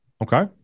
Okay